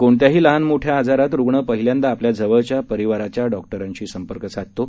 कोणत्याही लहान मोठ्या आजारात रुग्ण पहिल्यांदा आपल्या जवळच्या परिवाराच्या डॉक्टरशी संपर्क साधतो